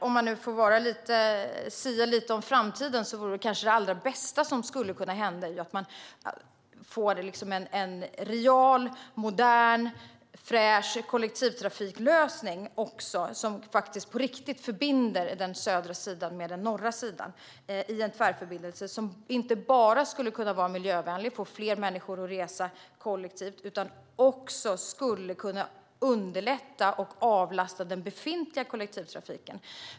Om man nu får sia lite om framtiden vore kanske det allra bästa som skulle kunna hända att vi fick en real, modern och fräsch kollektivtrafiklösning som på riktigt förband den södra sidan med den norra sidan i en tvärförbindelse som inte bara skulle kunna vara miljövänlig och få fler människor att resa kollektivt utan också skulle kunna underlätta för och avlasta den befintliga kollektivtrafiken.